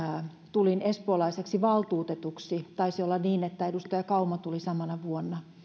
tulin espoolaiseksi valtuutetuksi taisi olla niin että edustaja kauma tuli samana vuonna